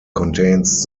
contains